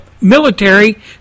military